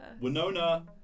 Winona